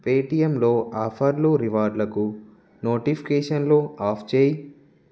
పేటిఎమ్లో ఆఫర్లు రివార్డ్లకు నోటిఫికేషన్లు ఆఫ్ చేయి